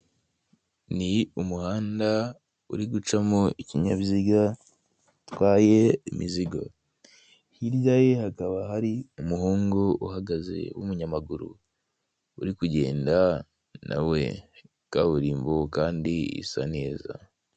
Ni umuhanda, uri gucamo ikinyabiziga gitwaye imizigo, hirya ye hakaba hari umuhungu uhagaze w'umunyamaguru uri kugenda nawe, kaburimbo kandi isa neza.